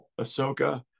Ahsoka